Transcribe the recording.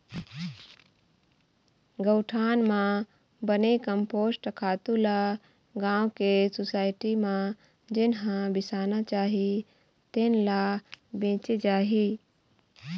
गउठान म बने कम्पोस्ट खातू ल गाँव के सुसायटी म जेन ह बिसाना चाही तेन ल बेचे जाही